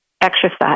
exercise